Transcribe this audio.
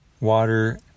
water